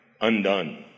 undone